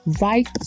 right